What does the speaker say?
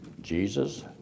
Jesus